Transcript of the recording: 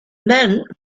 men